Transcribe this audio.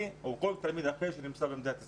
או לכל תלמיד אחר שנמצא במדינת ישראל.